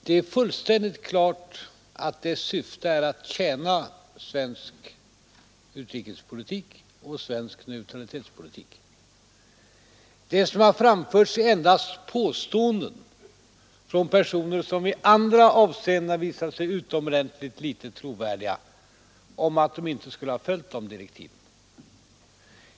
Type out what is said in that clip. Det är fullständigt klart att dess syfte är att tjäna svensk utrikespolitik och svensk neutralitetspolitik. Det som har framförts är endast påståenden från personer, som i andra avseenden har visat sig utomordentligt litet trovärdiga, om att underrättelsetjänsten inte skulle ha följt direktiven härvidlag.